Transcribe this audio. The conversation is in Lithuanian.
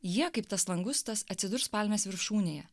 jie kaip tas langustas atsidurs palmės viršūnėje